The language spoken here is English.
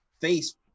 face